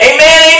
Amen